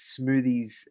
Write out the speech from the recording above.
smoothies